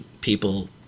people